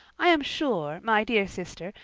i am sure, my dear sister,